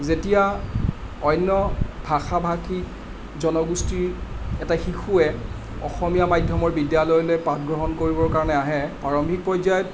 যেতিয়া অন্য ভাষা ভাষী জনগোষ্ঠীৰ এটা শিশুৱে অসমীয়া মাধ্যমৰ বিদ্যালয়লৈ পাঠগ্ৰহণ কৰিবৰ কাৰণে আহে প্ৰাৰম্ভিক পৰ্যায়ত